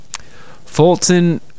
Fulton